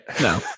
No